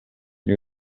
new